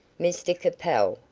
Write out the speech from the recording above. mr capel,